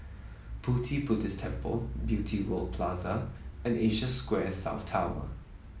Pu Ti Buddhist Temple Beauty World Plaza and Asia Square South Tower